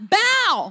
bow